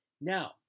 Now